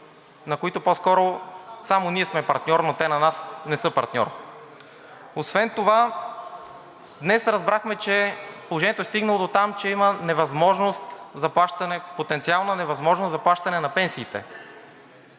на които по скоро само ние сме партньор, но те на нас не са партньор. Освен това днес разбрахме, че положението е стигнало дотам, че има потенциална невъзможност за плащане на пенсиите.